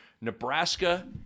Nebraska